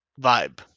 vibe